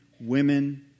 women